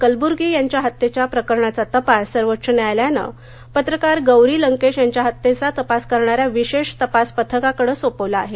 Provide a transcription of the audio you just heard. कलब्र्गी यांच्या हत्येच्या प्रकरणाचा तपास सर्वोच्च न्यायालयानं पत्रकार गौरी लंकेश यांच्या हत्येचा तपास करणाऱ्या विशेष तपास पथकाकडे सोपवला आहे